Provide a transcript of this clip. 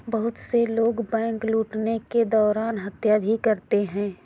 बहुत से लोग बैंक लूटने के दौरान हत्या भी करते हैं